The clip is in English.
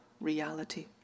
reality